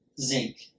Zinc